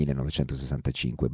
1965